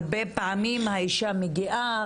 הרבה פעמים האישה מגיעה,